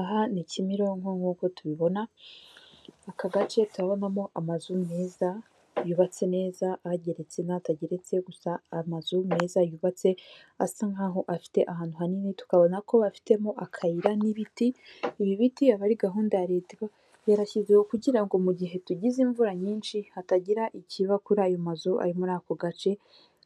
Aha ni Kimironko nk'uko tubibona aka gace tubonamo amazu meza yubatse neza ahageretse n'atageretse gusa amazu meza yubatse asa nkaho afite ahantu hanini, tukabona ko bafitemo akayira n'ibiti, ibiti aba ari gahunda ya leta yarashyizweho kugira ngo mu gihe tugize imvura nyinshi hatagira ikiba kuri ayo mazu ari muri ako gace,